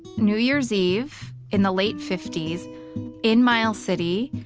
new year's eve, in the late fifty s in miles city,